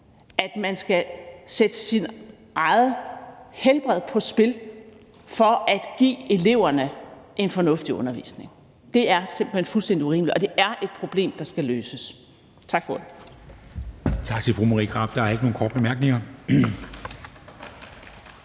at man skal sætte sit eget helbred på spil for at give eleverne en fornuftig undervisning. Det er simpelt hen fuldstændig urimeligt, og det er et problem, der skal løses. Tak for ordet.